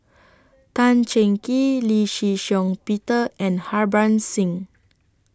Tan Cheng Kee Lee Shih Shiong Peter and Harbans Singh